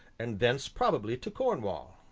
and thence probably to cornwall.